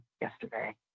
yesterday